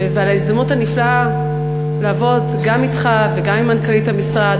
ועל ההזדמנות הנפלאה לעבוד גם אתך וגם עם מנכ"לית המשרד,